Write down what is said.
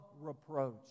reproach